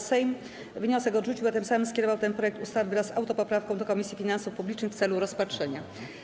Sejm wniosek odrzucił, a tym samym skierował ten projekt ustawy wraz z autopoprawką do Komisji Finansów Publicznych w celu rozpatrzenia.